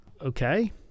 Okay